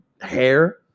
hair